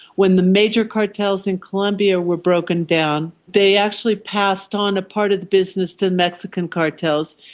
when the major cartels in colombia were broken down they actually passed on a part of the business to mexican cartels.